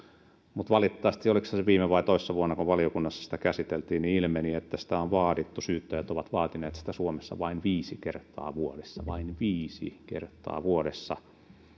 mutta valitettavasti oliko se viime vai toissa vuonna kun valiokunnassa sitä käsiteltiin ilmeni että sitä on vaadittu syyttäjät ovat vaatineet sitä suomessa vain viisi kertaa vuodessa vain viisi kertaa vuodessa